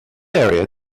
area